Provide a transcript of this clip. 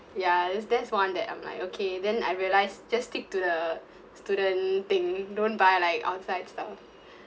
ya that's that's one that I'm like okay then I realised just stick to the student thing don't buy like outside stuff